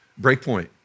Breakpoint